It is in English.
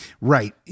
Right